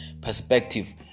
perspective